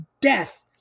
Death